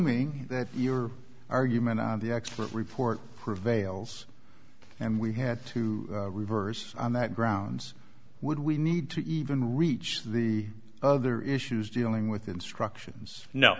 g your argument the expert report prevails and we had to reverse on that grounds would we need to even reach the other issues dealing with instructions no